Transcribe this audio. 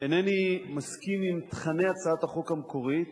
אינני מסכים עם תוכני הצעת החוק המקורית,